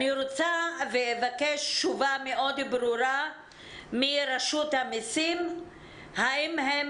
אני אבקש תשובה ברורה מרשות המסים אם הם